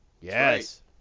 Yes